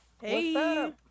hey